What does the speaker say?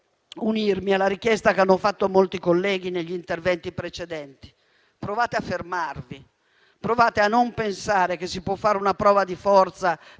unirmi alla richiesta che hanno fatto molti colleghi negli interventi precedenti: provate a fermarvi; provate a non pensare che si può fare una prova di forza